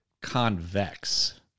convex